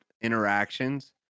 interactions